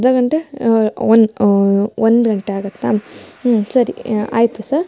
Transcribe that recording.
ಅರ್ಧ ಗಂಟೆ ಒಂದು ಒಂದು ಗಂಟೆ ಆಗುತ್ತ ಸರಿ ಆಯಿತು ಸರ್